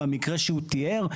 במקרה שהוא תיאר,